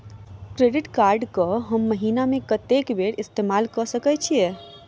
Credit card कऽ हम महीना मे कत्तेक बेर इस्तेमाल कऽ सकय छी?